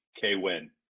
K-Win